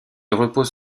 repose